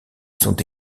sont